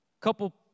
couple